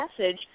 message